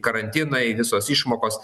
karantinai visos išmokos